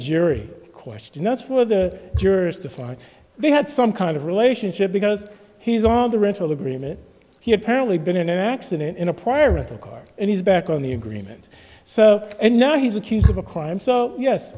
jury question that's for the jurors to find they had some kind of relationship because he has all the rental agreement he apparently been in an accident in a prior record and he's back on the agreement so and now he's accused of a crime so yes